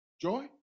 joy